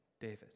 David